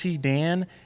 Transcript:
Dan